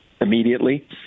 immediately